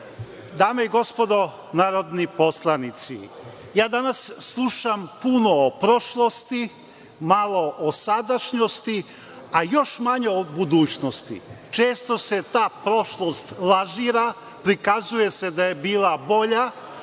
i gospodo narodni poslanici, ja danas slušam puno o prošlosti, malo o sadašnjosti, a još manje o budućnosti. Često se ta prošlost lažira, prikazuje se da je bila bolja.